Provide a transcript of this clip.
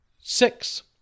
Six